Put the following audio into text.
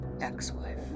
ex-wife